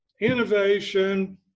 innovation